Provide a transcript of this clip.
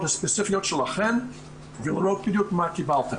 הספציפיות שלכן ולראות בדיוק מה קיבלתן.